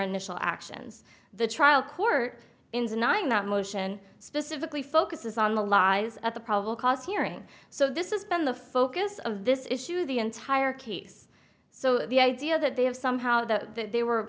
initial actions the trial court in denying that motion specifically focuses on the lies at the probable cause hearing so this has been the focus of this issue the entire case so the idea that they have somehow the they were